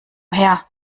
her